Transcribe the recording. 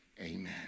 Amen